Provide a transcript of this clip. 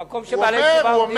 במקום שבעלי תשובה עומדים, הוא אומר.